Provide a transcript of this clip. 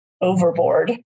overboard